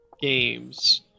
games